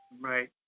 Right